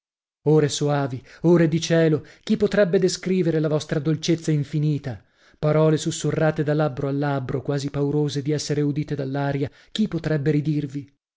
ore soavi ore di cielo chi potrebbe descrivere la vostra dolcezza infinita parole sussurrate da labbro a labbro quasi paurose di essere udite dall'aria chi potrebbe ridirvi quei